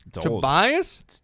Tobias